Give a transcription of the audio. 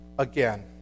again